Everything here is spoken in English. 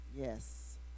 Yes